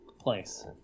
place